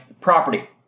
property